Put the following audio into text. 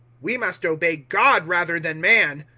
we must obey god rather than man.